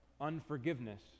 unforgiveness